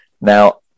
Now